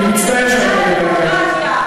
אני מגִנה על הדמוקרטיה.